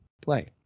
play